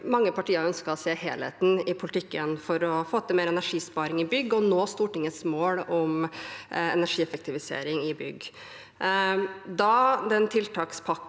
mange partier ønsket å se helheten i politikken for å få til mer energisparing i bygg og nå Stortingets mål om energieffektivisering i bygg. Da tiltakspakken